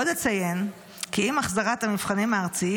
עוד אציין כי עם החזרת המבחנים הארציים